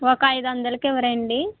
ఒక ఐదు వందలకి ఇవ్వరాండి